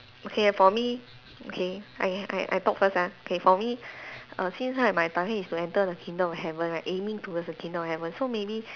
okay ah for me okay I I I talk first ah okay for me err since right my target is to enter the kingdom of heaven right aiming towards the kingdom of heaven so maybe